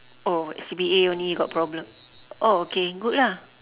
oh C_B_A only you got problem oh okay good lah